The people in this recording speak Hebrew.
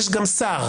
יש גם שר.